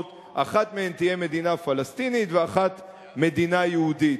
אחת מהן תהיה מדינה פלסטינית ואחת מדינה יהודית?